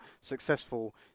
successful